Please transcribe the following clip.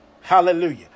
Hallelujah